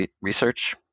research